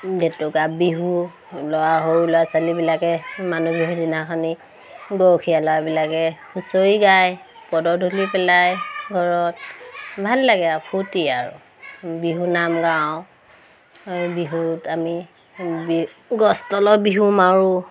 জেতুকা বিহু ল'ৰা সৰু ল'ৰা ছোৱালীবিলাকে মানুহ বিহুৰ দিনাখনি গৰখীয়া লৰাবিলাকে হুঁচৰি গায় পদধূলি পেলাই ঘৰত ভাল লাগে আও ফূৰ্তি আৰু বিহু নাম গাওঁ আৰু বিহুত আমি গছ তলৰ বিহু মাৰোঁ